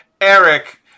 Eric